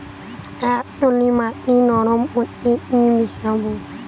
এঁটেল মাটি নরম করতে কি মিশাব?